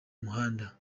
muhanda